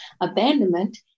abandonment